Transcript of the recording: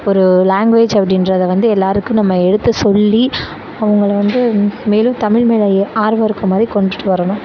ஒரு லேங்குவேஜ் அப்படின்றத வந்து எல்லாருக்கும் நம்ம எடுத்து சொல்லி அவங்கள வந்து மேலும் தமிழ் மேலேயே ஆர்வம் இருக்க மாதிரி கொண்டுகிட்டு வரணும்